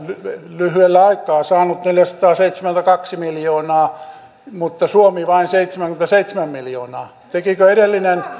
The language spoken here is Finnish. lyhyellä aikaa saanut neljäsataaseitsemänkymmentäkaksi miljoonaa mutta suomi vain seitsemänkymmentäseitsemän miljoonaa tekikö edellinen